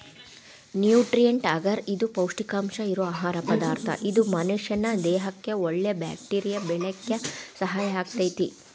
nutrient ಅಗರ್ ಇದು ಪೌಷ್ಟಿಕಾಂಶ ಇರೋ ಆಹಾರ ಪದಾರ್ಥ ಇದು ಮನಷ್ಯಾನ ದೇಹಕ್ಕಒಳ್ಳೆ ಬ್ಯಾಕ್ಟೇರಿಯಾ ಬೆಳ್ಯಾಕ ಸಹಾಯ ಆಗ್ತೇತಿ